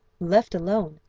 left alone,